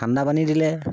ঠাণ্ডা পানী দিলে